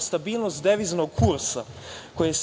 stabilnost deviznog kursa koje je